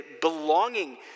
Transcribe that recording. belonging